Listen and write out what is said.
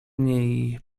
niej